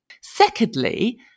Secondly